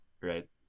right